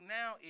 now